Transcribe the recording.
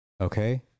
Okay